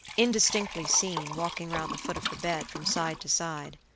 indistinctly seen, walking round the foot of her bed, from side to side.